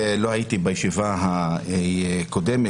לא הייתי בישיבה הקודמת,